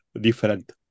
different